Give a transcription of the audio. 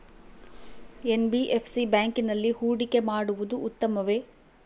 NBFC ಬ್ಯಾಂಕಿನಲ್ಲಿ ಹೂಡಿಕೆ ಮಾಡುವುದು ಉತ್ತಮವೆ?